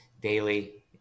daily